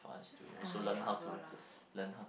!aiya! whatever lah